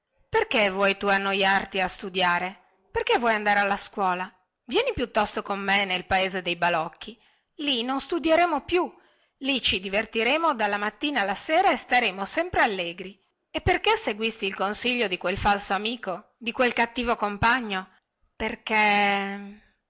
perché vuoi annoiarti a studiare perché vuoi andare alla scuola vieni piuttosto con me nel paese dei balocchi lì non studieremo più lì ci divertiremo dalla mattina alla sera e staremo sempre allegri e perché seguisti il consiglio di quel falso amico di quel cattivo compagno perché